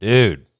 Dude